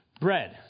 Bread